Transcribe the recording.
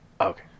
Okay